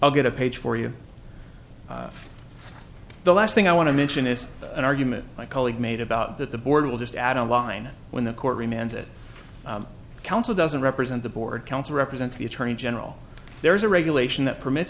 i'll get a page for you the last thing i want to mention is an argument my colleague made about that the board will just add a line when a court remands it counsel doesn't represent the board counsel represents the attorney general there is a regulation that permit